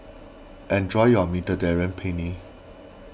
enjoy your Mediterranean Penne